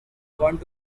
want